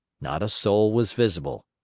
not a soul was visible.